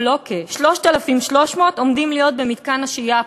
3,300 עומדים להיות במתקן השהייה הפתוח,